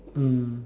mm